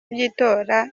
by’itora